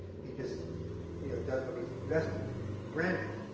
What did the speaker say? he just he does what he's best at doing. branding.